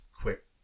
quick